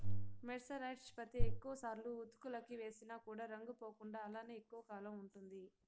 mercerised పత్తి ఎక్కువ సార్లు ఉతుకులకి వేసిన కూడా రంగు పోకుండా అలానే ఎక్కువ కాలం ఉంటుంది